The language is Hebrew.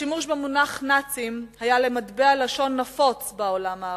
השימוש במונח "נאצים" היה למטבע לשון נפוץ בעולם הערבי.